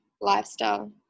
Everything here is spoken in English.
lifestyle